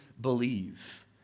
believe